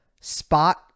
spot